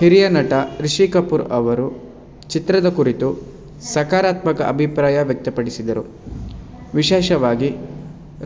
ಹಿರಿಯ ನಟ ರಿಷಿ ಕಪೂರ್ ಅವರು ಚಿತ್ರದ ಕುರಿತು ಸಕಾರಾತ್ಮಕ ಅಭಿಪ್ರಾಯ ವ್ಯಕ್ತಪಡಿಸಿದರು ವಿಶೇಷವಾಗಿ